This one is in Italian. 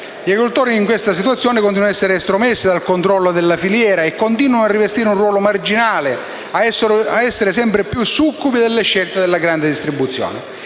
Gli agricoltori, in questa situazione, continuano a essere estromessi dal controllo della filiera, a rivestire un ruolo marginale e a essere sempre più succubi delle scelte della grande distribuzione.